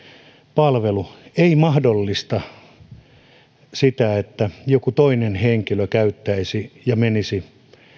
palvelu ei mahdollista sitä että joku toinen henkilö käyttäisi ja menisi